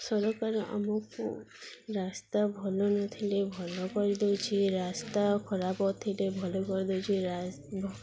ସରକାର ଆମକୁ ରାସ୍ତା ଭଲ ନଥିଲେ ଭଲ କରିଦେଉଛି ରାସ୍ତା ଖରାପ ଥିଲେ ଭଲ କରିଦେଉଛି